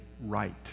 right